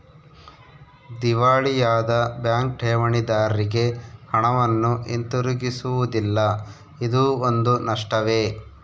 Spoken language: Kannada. ದಿವಾಳಿಯಾದ ಬ್ಯಾಂಕ್ ಠೇವಣಿದಾರ್ರಿಗೆ ಹಣವನ್ನು ಹಿಂತಿರುಗಿಸುವುದಿಲ್ಲ ಇದೂ ಒಂದು ನಷ್ಟವೇ